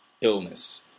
illness